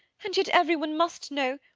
and yet everyone must know!